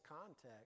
context